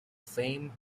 fame